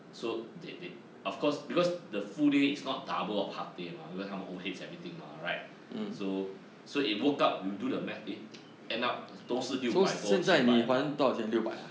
so they they of course because the full day is not double of half day mah 因为他们 O_H everything mah right so so it worked out you do the math eh end up 都是六百多七百八